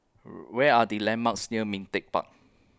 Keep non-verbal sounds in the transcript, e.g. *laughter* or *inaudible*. *noise* Where Are The landmarks near Ming Teck Park